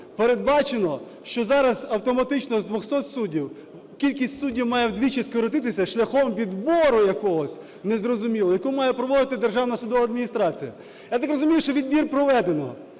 передбачено, що зараз автоматично з 200 суддів кількість суддів має вдвічі скоротитися шляхом відбору якогось незрозуміло, який має проводити Державна судова адміністрація. Я так розумію, що відбір проведено,